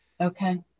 Okay